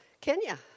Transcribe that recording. Kenya